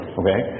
okay